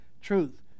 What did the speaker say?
truth